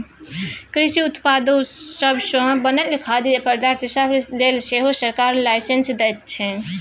कृषि उत्पादो सब सँ बनल खाद्य पदार्थ सब लेल सेहो सरकार लाइसेंस दैत छै